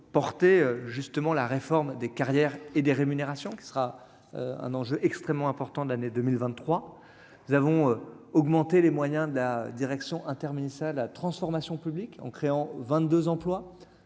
porter justement, la réforme des carrières et des rémunérations qui sera un enjeu extrêmement important de l'année 2023 nous avons augmenté les moyens de la direction, hein, terminé, ça la transformation publique en créant 22 emplois